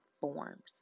forms